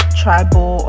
tribal